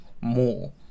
more